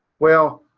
well,